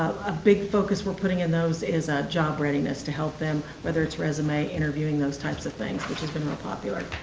ah big focus we're putting in those is ah job readiness, to help them whether it's rsum, interviewing, those types of things, which has been real popular.